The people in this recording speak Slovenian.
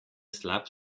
slab